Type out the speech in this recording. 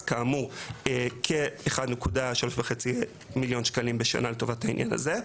אז כאמור כ-אחד נקודה שלוש וחצי מיליון שקלים בשנה לטובת העניין הזה.